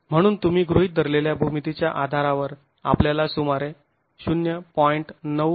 म्हणून तुम्ही गृहीत धरलेल्या भूमितीच्या आधारावर आपल्याला सुमारे 0